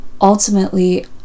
ultimately